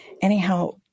Anyhow